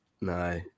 No